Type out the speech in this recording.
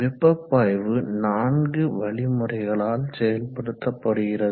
வெப்ப பாய்வு நான்கு வழிமுறைகளால் செயல்படுத்தப்படுகிறது